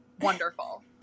wonderful